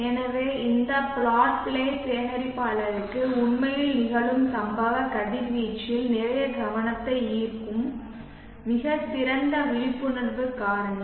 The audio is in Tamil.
எனவே இந்த பிளாட் பிளேட் சேகரிப்பாளருக்கு உண்மையில் நிகழும் சம்பவ கதிர்வீச்சில் நிறைய கவனத்தை ஈர்க்கும் மிகச் சிறந்த விழிப்புணர்வு காரணி